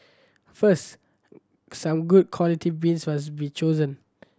first some good quality beans must be chosen